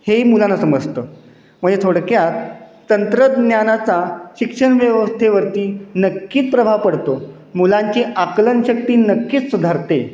हेही मुलांना समजतं म्हणजे थोडक्यात तंत्रज्ञानाचा शिक्षण व्यवस्थेवरती नक्की प्रभाव पडतो मुलांची आकलनशक्ती नक्कीच सुधारते